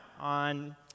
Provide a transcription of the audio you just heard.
on